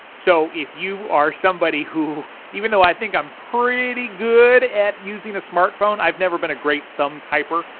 so if you are somebody who, even though i think i'm pretty good at using a smartphone, i've never been a great thumb typer.